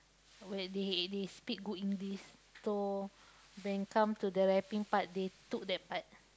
where they they speak good English so when come to the rapping part they took that part